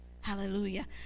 Hallelujah